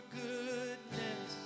goodness